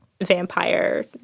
vampire